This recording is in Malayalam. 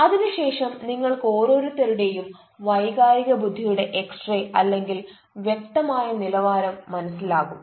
അതിന് ശേഷം നിങ്ങൾക്ക് ഓരോരുത്തരുടെയും വൈകാരിക ബുദ്ധിയുടെ എക്സ് റേ അല്ലെങ്കിൽ വ്യക്തമായ നിലവാരം മനസ്സിലാകും